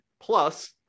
plus